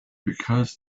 because